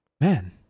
man